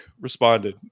responded